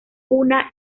una